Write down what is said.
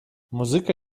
muzyka